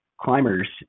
climbers